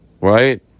right